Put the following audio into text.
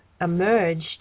emerged